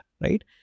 Right